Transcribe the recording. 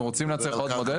אנחנו רוצים להציע לך עוד מודל,